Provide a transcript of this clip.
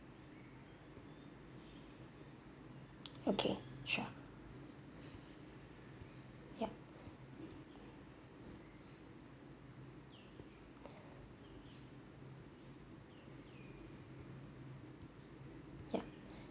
okay sure yup yup